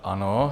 Ano.